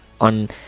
on